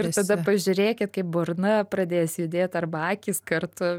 ir tada pažiūrėkit kaip burna pradės judėt arba akys kartu